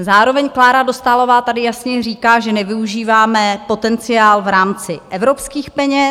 Zároveň Klára Dostálová tady jasně říká, že nevyužíváme potenciál v rámci evropských peněz.